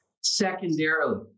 Secondarily